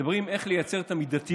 מדברים על איך לייצר את המידתיות